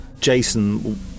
Jason